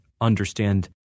understand